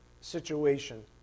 situation